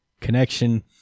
connection